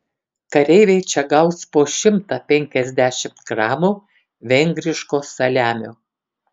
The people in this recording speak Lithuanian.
kareiviai čia gaus po šimtą penkiasdešimt gramų vengriško saliamio